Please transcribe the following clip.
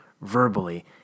verbally